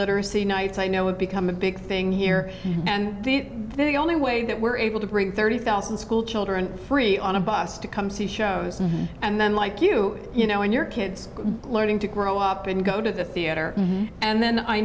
literacy nights i know would become a big thing here and the only way that we're able to bring thirty thousand school children free on a bus to come see shows and then like you you know when your kids learning to grow up and go to the theater and then i